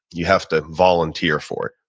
you have to volunteer for it.